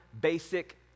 basic